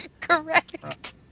correct